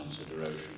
consideration